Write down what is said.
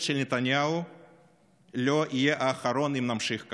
של נתניהו לא יהיה האחרון אם נמשיך כך.